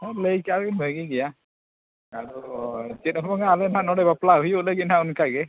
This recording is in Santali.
ᱦᱮᱸ ᱞᱟᱹᱭ ᱠᱮᱜᱼᱟ ᱞᱤᱧ ᱵᱷᱟᱹᱜᱤ ᱜᱮᱭᱟ ᱟᱫᱚ ᱪᱮᱫ ᱦᱚᱸ ᱵᱟᱝᱟ ᱟᱵᱮᱱ ᱦᱟᱸᱜ ᱱᱚᱰᱮ ᱵᱟᱯᱞᱟ ᱦᱩᱭᱩᱜ ᱞᱟᱹᱜᱤᱫ ᱦᱟᱸᱜ ᱚᱱᱠᱟ ᱜᱮ